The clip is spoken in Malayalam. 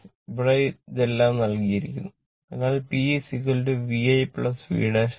ഇവിടെ ഇതെല്ലാം നൽകിയിരിക്കുന്നു അതിനാൽ P v i v i